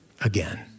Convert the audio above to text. again